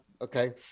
Okay